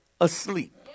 asleep